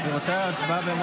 אתה מסכים לדחות?